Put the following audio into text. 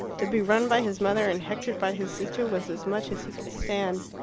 to be run by his mother and hectored by his sister was as much as he could stand.